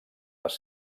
les